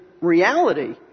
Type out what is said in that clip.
reality